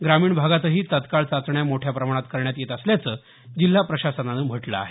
ग्रामीण भागातही तत्काळ चाचण्या मोठ्या प्रमाणात करण्यात येत असल्याचं जिल्हा प्रशासनानं म्हटलं आहे